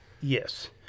Yes